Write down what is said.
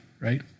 right